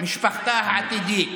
משפחתה העתידית.